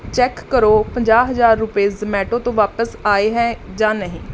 check ਕਰੋ ਪੰਜਾਹ ਹਜ਼ਾਰ ਰੁਪਏ ਜ਼ਮੈਟੋ ਤੋਂ ਵਾਪਸ ਆਏ ਹੈ ਜਾਂ ਨਹੀਂ